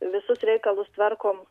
visus reikalus tvarkom